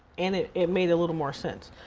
and it it made a little more sense.